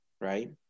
right